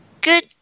good